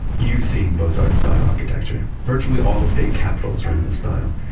you've seen beaux-arts style architecture. virtually all state capitals are in this style.